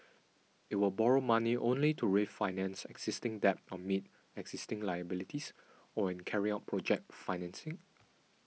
it will borrow money only to refinance existing debt or meet existing liabilities or when carrying out project financing